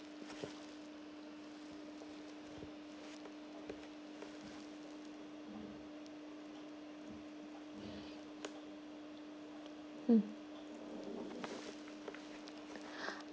mm